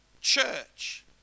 church